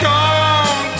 Come